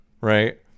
right